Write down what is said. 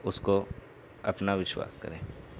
اس کو اپنا وشواس کریں